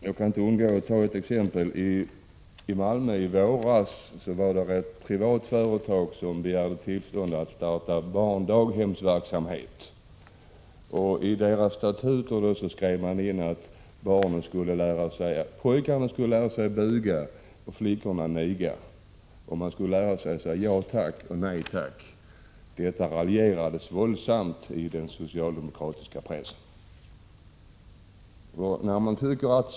Jag kan inte underlåta att ge ett exempel. Ett privat företag i Malmö begärde i våras tillstånd att starta barndaghemsverksamhet. I dess statuter skrevs in att pojkarna skulle lära sig att buga och flickorna att niga och vidare att de skulle lära sig att säga ja tack och nej tack. I den socialdemokratiska pressen raljerade man våldsamt över detta.